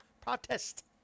protest